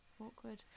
awkward